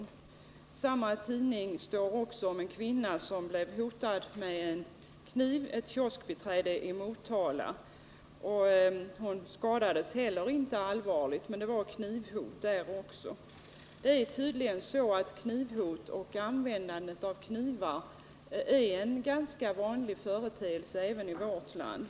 I samma tidning stod det också om ett kvinnligt kioskbiträde i Motala som hotades med kniv; inte heller hon skadades dock allvarligt. Tydligen är knivhot och användande av kniv en ganska vanlig företeelse även i vårt land.